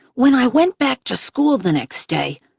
when i went back to school the next day,